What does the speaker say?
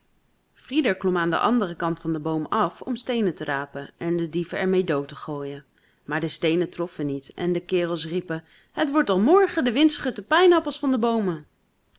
frieder klom aan den anderen kant van den boom af om steenen te rapen en de dieven er mee dood te gooien maar de steenen troffen niet en de kerels riepen het wordt al morgen de wind schudt de pijnappels van de boomen